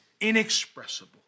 inexpressible